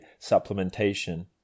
supplementation